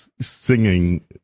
singing